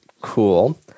Cool